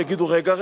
ויגידו: רגע,